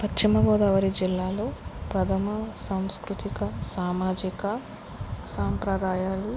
పశ్చిమ గోదావరి జిల్లాలో ప్రధాన సాంస్కృతిక సామాజిక సాంప్రదాయాలు